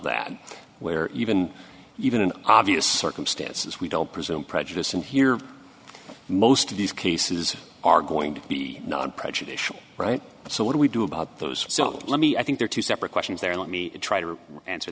that where even even an obvious circumstances we don't presume prejudice and here most of these cases are going to be not prejudicial right so what do we do about those so let me i think they're two separate questions there let me try to answer